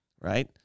right